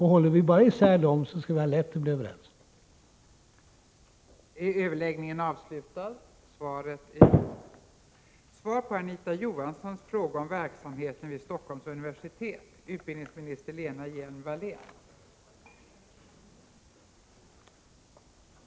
Håller vi bara isär dem, kan vi lätt bli överens i den här frågan.